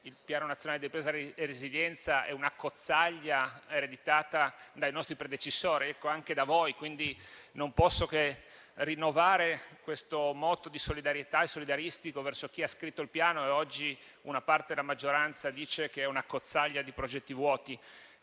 il Piano nazionale di ripresa e resilienza è un'accozzaglia ereditata dai nostri predecessori: ecco, quindi anche da voi. Non posso che rinnovare un moto solidaristico verso chi ha scritto il Piano e oggi una parte della maggioranza dice che è un'accozzaglia di progetti vuoti.